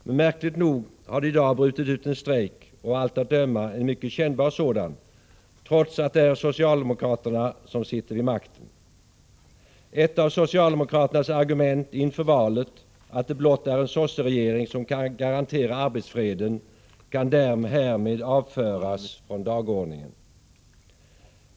Men märkligt nog har det i dag brutit ut en strejk, och av allt att döma en mycket kännbar sådan, trots att det är socialdemokraterna som sitter vid makten. Ett av socialdemokraternas argument inför valet, nämligen att det blott är en sosseregering som kan garantera arbetsfreden, kan härmed avföras från dagordningen.